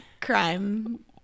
crime